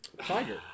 tiger